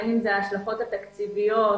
ההשלכות התקציביות,